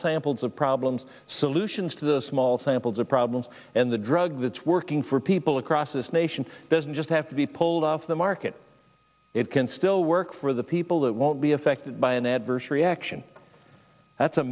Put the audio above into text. samples of problems solutions to the small samples of problems and the drug that's working for people across this nation doesn't just have to be pulled off the market it can still work for the people that won't be affected by an adverse reaction that's a